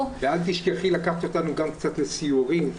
--- אל תשכחי לקחת אותנו גם קצת לסיורים.